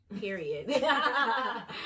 Period